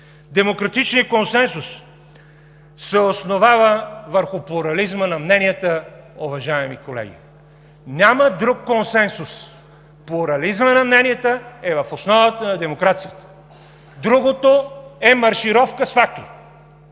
демократичният консенсус се основава върху плурализма на мненията, уважаеми колеги. Няма друг консенсус! Плурализмът на мненията е в основата на демокрацията. Другото е маршировка с факли.